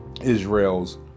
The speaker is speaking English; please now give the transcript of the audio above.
Israel's